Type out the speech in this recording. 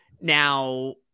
Now